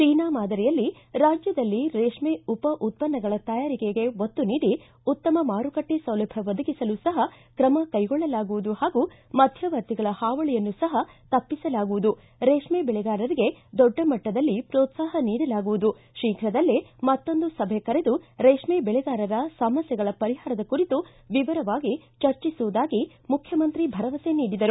China ಮಾದರಿಯಲ್ಲಿ ರಾಜ್ಯದಲ್ಲಿ ರೇಷ್ಮೆ ಉಪ ಉತ್ತನ್ನಗಳ ತಯಾರಿಕೆಗೆ ಒತ್ತು ನೀಡಿ ಉತ್ತಮ ಮಾರುಕಟ್ಟೆ ಸೌಲಭ್ಣ ಒದಗಿಸಲು ಸಹ ತ್ರಮ ಕೈಗೊಳ್ಳಲಾಗುವುದು ಹಾಗೂ ಮಧ್ಣವರ್ತಿಗಳ ಹಾವಳಿಯನ್ನು ಸಹ ತಪ್ಪಿಸಲಾಗುವುದು ರೇಷ್ಮ ಬೆಳೆಗಾರರಿಗೆ ದೊಡ್ಡ ಮಟ್ಟದಲ್ಲಿ ಪೋತ್ಸಾಹ ನೀಡಲಾಗುವುದು ಶೀಘ್ರದಲ್ಲೇ ಮತ್ತೊಂದು ಸಭೆ ಕರೆದು ರೇಷ್ನೆ ಬೆಳೆಗಾರರ ಸಮಸ್ಥೆಗಳ ಪರಿಹಾರದ ಕುರಿತು ವಿವರವಾಗಿ ಚರ್ಚಿಸುವುದಾಗಿ ಮುಖ್ಣಮಂತ್ರಿ ಭರವಸೆ ನೀಡಿದರು